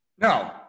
no